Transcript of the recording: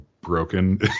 broken